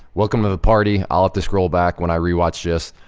welcome to the party. i'll have to scroll back when i re-watch this,